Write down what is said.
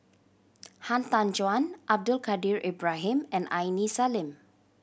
Han Tan Juan Abdul Kadir Ibrahim and Aini Salim